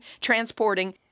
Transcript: transporting